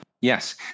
Yes